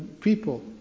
people